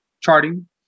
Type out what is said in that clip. charting